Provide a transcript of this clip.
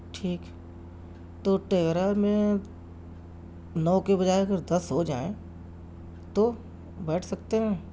ٹھیک تو تویرا میں نو کے بجائے اگر دس ہو جائیں تو بیٹھ سکتے ہیں